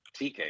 TK